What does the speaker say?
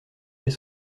fait